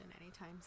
anytime